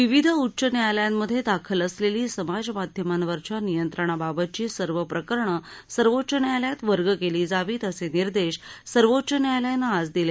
विविध उच्च न्यायालयांमधे दाखल असलेली समाज माध्यमांवरच्या नियंत्रणाबाबतची सर्व प्रकरणं सर्वोच्च न्यायालयात वर्ग केली जावीत असे निर्देश सर्वोच्च न्यायालयानं आज दिले